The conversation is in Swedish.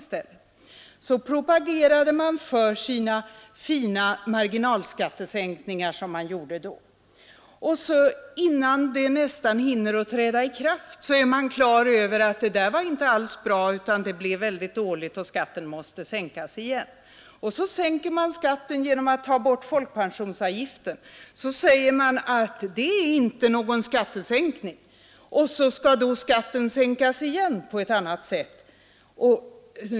Så propagerade man för sina fina marginalskattesänkningar som då gjordes. Innan de hann träda i kraft var man på det klara med att de inte alls var bra, utan skatten måste sänkas igen. Så sänkte man skatten genom att ta bort folkpensionsavgiften. Nu säger man att det inte är någon skattesänkning och så skall skatten åter sänkas på ett annat sätt.